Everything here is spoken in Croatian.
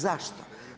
Zašto?